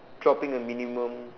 dropping the minimum